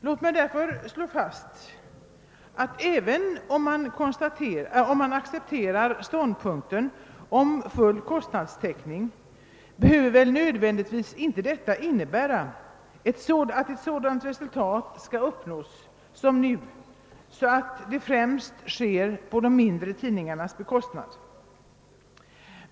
Låt mig därför slå fast att även om man accepterar ståndpunkten om full kostnadstäckning behöver detta inte nödvändigtvis innebära att man skall uppnå samma resultat som nu, så att det främst sker på de mindre tidningarnas bekostnad.